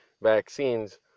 vaccines